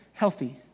healthy